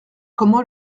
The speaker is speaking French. comment